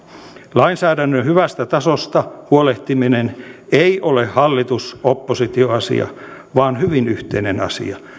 lainsäädännön hyvästä tasosta huolehtiminen ei ole hallitus oppositio asia vaan hyvin yhteinen asia